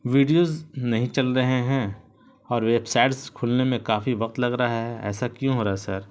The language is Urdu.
ویڈیوز نہیں چل رہے ہیں اور ویب سائٹس کھلنے میں کافی وقت لگ رہا ہے ایسا کیوں ہو رہا ہے سر